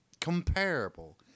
comparable